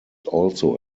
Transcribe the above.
also